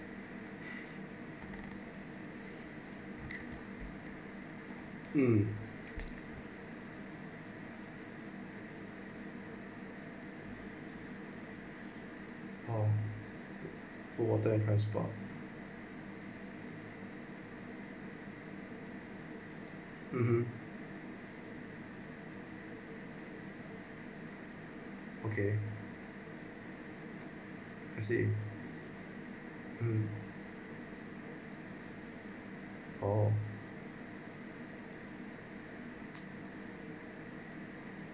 mm (uh huh) okay I see mm oh